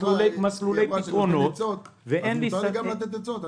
מותר לי גם לתת עצות.